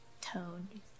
tone